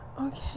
okay